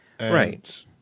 Right